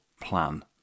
plan